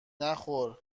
نخور